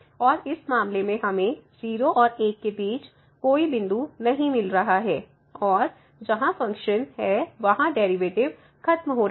और इस मामले में हमें 0 और 1 के बीच कोई बिन्दु नहीं मिल रहा है और जहां फ़ंक्शन है वहां डेरिवैटिव खत्म हो रहा है